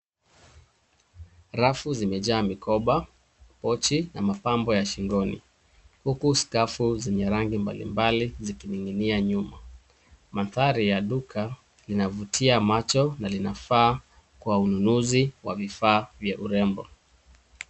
Rafu zimejaa mikoba, pochi na mapambo ya shingoni, huku skafu zenye rangi mbalimbali zikininginia nyuma. Mandhari ya duka inavutia macho na linafaa kwa ununuzi wa vifaa vya urembo.